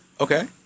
Okay